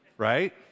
Right